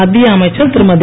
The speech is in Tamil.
மத்திய அமைச்சர் திருமதி